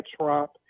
Trump